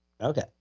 Okay